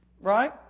right